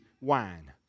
wine